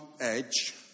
edge